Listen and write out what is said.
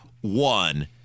One